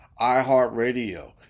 iHeartRadio